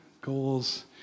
Goals